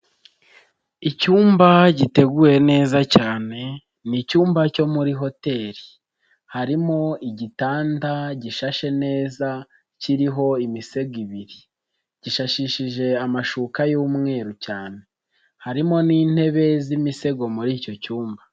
Icyumba giteguwe neza cyane ni icyumba cyo muri hoteli, harimo igitanda gishashe neza kiriho imisego ibiri, gishashishije amashuka y'umweru cyane, harimo n'intebe z'imisego muri icyo cyumba.